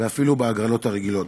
ואפילו בהגרלות הרגילות.